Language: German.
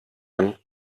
man